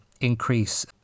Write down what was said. increase